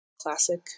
classic